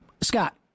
Scott